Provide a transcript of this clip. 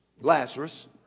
Lazarus